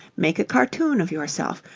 make a cartoon of yourself,